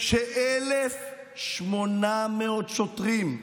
ש-1,800 שוטרים,